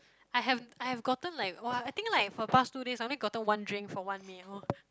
I have I have gotten like [wah] I think like for the past two days I only gotten one drink for one meal